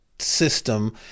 system